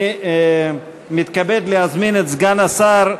אני מתכבד להזמין את סגן השר,